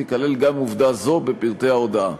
תיכלל גם עובדה זו בפרטי ההודעה.